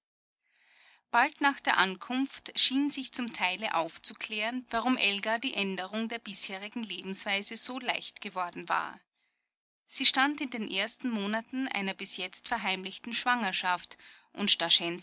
bald nach der ankunft schien sich zum teile aufzuklären warum elgan die änderung der bisherigen lebensweise so leicht geworden war sie stand in den ersten monaten einer bis jetzt verheimlichten schwangerschaft und